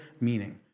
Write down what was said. meaning